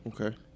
okay